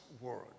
world